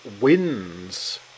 wins